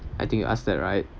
i think you ask that right